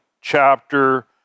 chapter